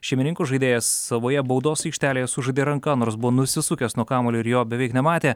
šeimininkų žaidėjas savoje baudos aikštelėje sužaidė ranka nors buvo nusisukęs nuo kamuolio ir jo beveik nematė